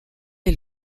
est